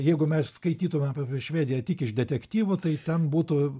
jeigu mes skaitytumėm apie švediją tik iš detektyvų tai ten būtų